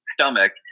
stomach